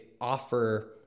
offer